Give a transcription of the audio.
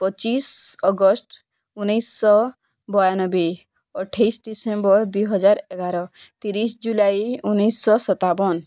ପଚିଶି ଅଗଷ୍ଟ ଉଣେଇଶିଶହ ବୟାନବେ ଅଠେଇଶି ଡିସେମ୍ବର ଦୁଇ ହଜାର ଏଗାର ତିରିଶି ଜୁଲାଇ ଉଣେଇଶିଶହ ସତାବନ